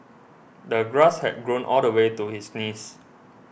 the grass had grown all the way to his knees